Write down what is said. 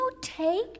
take